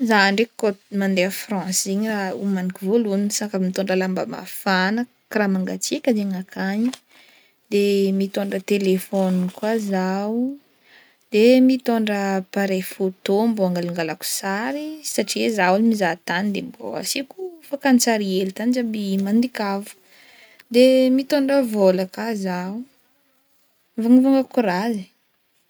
Za ndraiky koa mandeha France zegny raha homaniko vôlohany amy sac, mitôndra lamba mafana, karaha mangatsiaka zegny akagny, de mitôndra telefony koa zaho, de mitôndra appareil photo mbô hangalangalako sary, satria zaho ôlo mizaha tany de mbô asiako fankantsary hely tany jiaby handikavako, mitôndra vôla ka zaho hivangavangako raha.